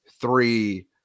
three